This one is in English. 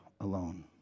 alone